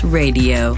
radio